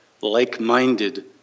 like-minded